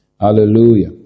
Hallelujah